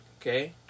Okay